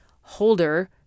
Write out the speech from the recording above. holder